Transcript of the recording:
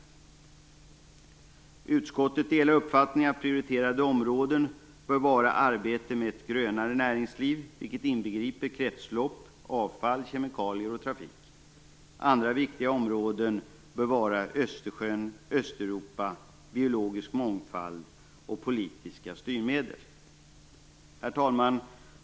Utskottet delar uppfattningen att ett prioriterat område bör vara arbete med ett grönare näringsliv, vilket inbegriper kretslopp, avfall, kemikalier och trafik. Andra viktiga områden bör vara Östersjön, Östeuropa, biologisk mångfald och politiska styrmedel. Herr talman!